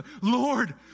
Lord